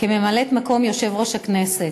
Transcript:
כממלאת-מקום יושב-ראש הכנסת.